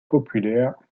populaire